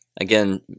again